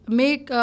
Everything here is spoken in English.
make